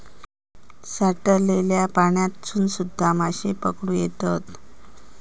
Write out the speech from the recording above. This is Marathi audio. साठलल्या पाण्यातसून सुध्दा माशे पकडुक येतत